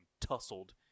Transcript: tussled